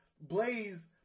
Blaze